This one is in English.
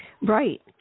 Right